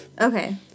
Okay